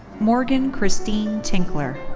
morgan christine tinkler.